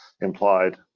implied